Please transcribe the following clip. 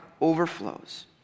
overflows